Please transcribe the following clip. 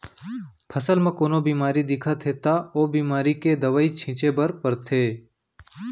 फसल म कोनो बेमारी दिखत हे त ओ बेमारी के दवई छिंचे बर परथे